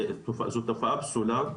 זו תופעה פסולה.